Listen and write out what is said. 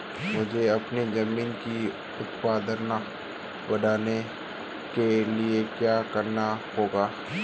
मुझे अपनी ज़मीन की उत्पादन शक्ति बढ़ाने के लिए क्या करना होगा?